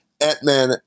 Ant-Man